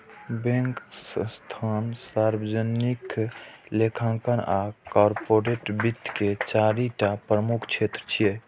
bank, संस्थान, सार्वजनिक लेखांकन आ कॉरपोरेट वित्त के चारि टा प्रमुख क्षेत्र छियै